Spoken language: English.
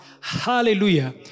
Hallelujah